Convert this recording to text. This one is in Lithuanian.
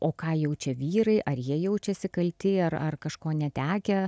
o ką jaučia vyrai ar jie jaučiasi kalti ar ar kažko netekę